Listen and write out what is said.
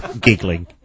giggling